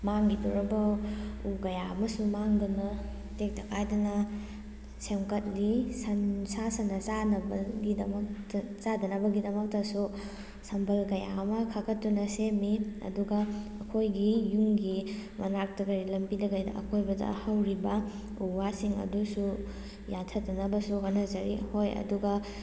ꯃꯥꯡꯈꯤꯗꯧꯔꯕ ꯎ ꯀꯌꯥ ꯑꯃꯁꯨ ꯃꯥꯡꯗꯅ ꯇꯦꯛꯇ ꯀꯥꯏꯗꯅ ꯁꯦꯝꯒꯠꯂꯤ ꯁꯟ ꯁꯥ ꯁꯟꯅ ꯆꯥꯅꯕꯒꯤꯗꯃꯛꯇ ꯆꯥꯗꯅꯕꯒꯤꯗꯃꯛꯇꯁꯨ ꯁꯝꯕꯜ ꯀꯌꯥ ꯑꯃ ꯈꯥꯒꯠꯇꯨꯅ ꯁꯦꯝꯃꯤ ꯑꯗꯨꯒ ꯑꯩꯈꯣꯏꯒꯤ ꯌꯨꯝꯒꯤ ꯃꯅꯥꯛꯇ ꯀꯩꯗ ꯂꯝꯕꯤꯗ ꯀꯩꯗ ꯑꯀꯣꯏꯕꯗ ꯍꯧꯔꯤꯕ ꯎ ꯋꯥꯁꯤꯡ ꯑꯗꯨꯁꯨ ꯌꯥꯟꯊꯠꯇꯅꯕꯁꯨ ꯍꯣꯠꯅꯖꯔꯤ ꯑꯩꯈꯣꯏ ꯑꯗꯨꯒ